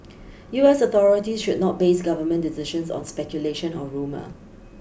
U S authorities should not base government decisions on speculation or rumour